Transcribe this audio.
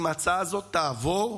אם ההצעה הזאת תעבור,